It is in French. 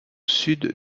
sud